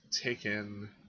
taken